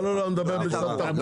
לא, אני מדבר על בית משפט לתעבורה.